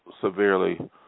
severely